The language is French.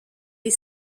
des